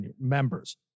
members